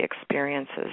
experiences